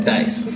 Nice